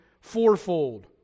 fourfold